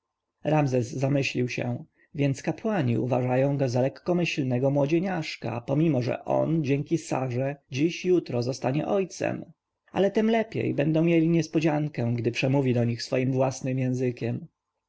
ramzes zamyślił się więc kapłani uważają go za lekkomyślnego młodzieniaszka pomimo że on dzięki sarze dziś jutro zostanie ojcem ale tem lepiej będą mieli niespodziankę gdy przemówi do nich swoim własnym językiem